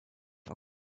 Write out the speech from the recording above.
for